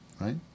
Right